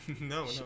No